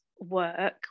work